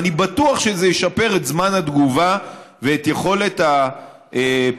ואני בטוח שזה ישפר את זמן התגובה ואת יכולת הפענוח,